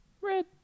red